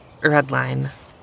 Redline